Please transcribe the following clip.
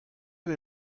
vez